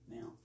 Now